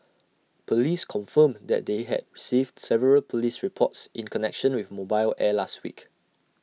Police confirmed that they had received several Police reports in connection with mobile air last week